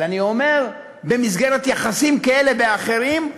אבל אני אומר, במסגרת יחסים כאלה ואחרים,